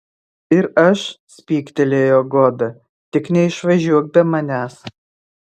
ir aš spygtelėjo goda tik neišvažiuok be manęs